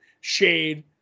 shade